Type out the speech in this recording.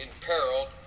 imperiled